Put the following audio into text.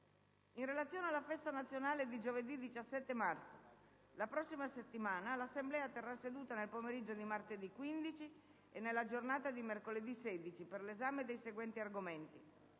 In relazione alla Festa nazionale di giovedì 17 marzo, la prossima settimana 1'Assemblea terrà seduta nel pomeriggio di martedì 15 e nella giornata di mercoledì 16, per 1'esame dei seguenti argomenti: